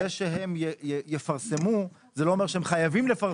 זה שהם יפרסמו, לא אומר שהם חייבים לפרסם.